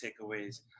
takeaways